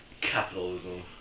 capitalism